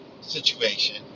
situation